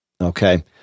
okay